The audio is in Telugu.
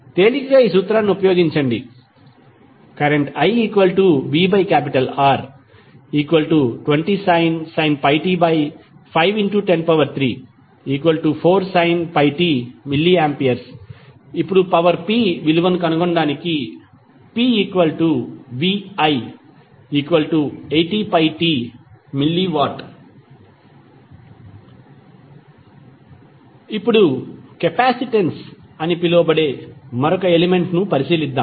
తేలికగా ఈ సూత్రాన్ని ఉపయోగించండి ivR20sin πt 51034 πt mA ఇప్పుడు పవర్ p విలువను కనుగొనడానికి pvi80πt mW ఇప్పుడు కెపాసిటెన్స్ అని పిలువబడే మరొక ఎలిమెంట్ ను పరిశీలిద్దాం